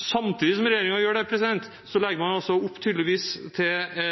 Samtidig som regjeringen gjør det, legger man tydeligvis opp til